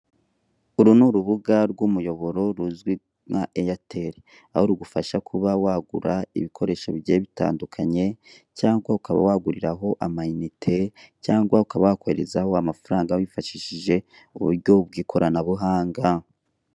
Uru ni urubuga rw'umuyuboro ruzwi nka eyateri, aho rugufasha kuba wagura ibikoresho bigiye bitandukanye, cyangwa ukaba waguriraho amayinite, cyangwa ukaba wakoherezaho amafaranga wifashishije uburyo bw'ikoranabuhanga.